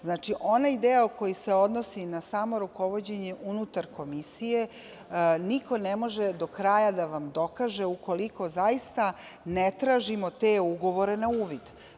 Znači, onaj deo koji se odnosi na samo rukovođenje unutar komisije, niko ne može do kraja da vam dokaže ukoliko zaista ne tražimo te ugovore na uvid.